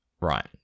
Right